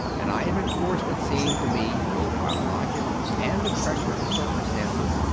and i had been forced, it seemed to me, both by logic and the pressure of circum stances,